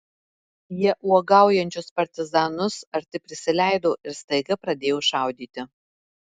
jie uogaujančius partizanus arti prisileido ir staiga pradėjo šaudyti